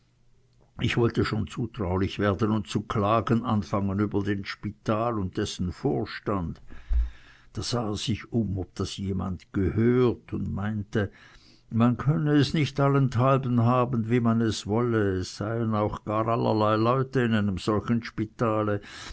ich wollte schon zutraulich werden und zu klagen anfangen über den spital und dessen vorstand da sah er sich um ob das jemand gehört und meinte man könne es nicht allenthalben haben wie man wolle es seien auch gar allerlei leute in einem solchen spitale